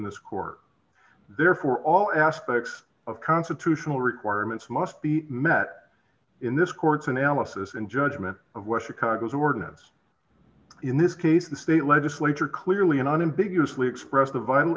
this court therefore all aspects of constitutional requirements must be met in this court's analysis and judgment of wessex aguas ordinance in this case the state legislature clearly and unambiguously expressed a vital